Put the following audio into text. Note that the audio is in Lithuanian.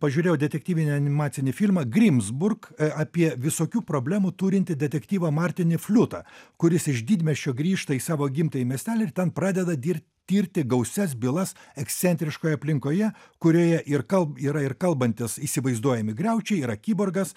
pažiūrėjau detektyvinį animacinį filmą grims burg apie visokių problemų turintį detektyvą martinį fliutą kuris iš didmiesčio grįžta į savo gimtąjį miestelį ir ten pradeda dirbt tirti gausias bylas ekscentriškoj aplinkoje kurioje ir kal yra ir kalbantis įsivaizduojami griaučiai yra kiborgas